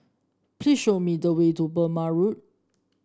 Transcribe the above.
please show me the way to Burmah Road